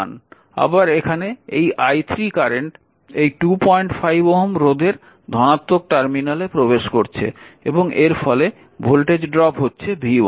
আবার এখানে এই i3 কারেন্ট এই 25 Ω রোধের ধনাত্মক টার্মিনালে প্রবেশ করছে এবং এর ফলে ভোল্টেজ ড্রপ হচ্ছে v1